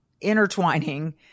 intertwining